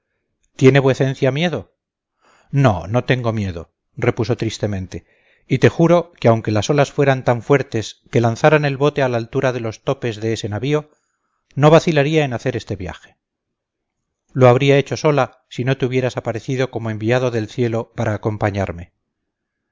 tiene vuecencia miedo no no tengo miedo repuso tristemente y te juro que aunque las olas fueran tan fuertes que lanzaran el bote a la altura de los topes de ese navío no vacilaría en hacer este viaje lo habría hecho sola si no te hubieras aparecido como enviado del cielo para acompañarme